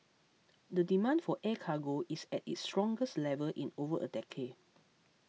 the demand for air cargo is at its strongest level in over a decade